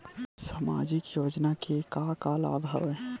सामाजिक योजना के का का लाभ हवय?